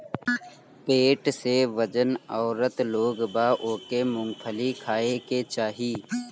पेट से जवन औरत लोग बा ओके मूंगफली खाए के चाही